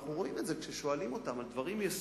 ואנחנו רואים את זה כששואלים אותם על דברים יסודיים,